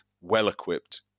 well-equipped